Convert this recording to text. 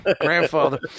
grandfather